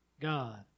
God